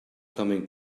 coming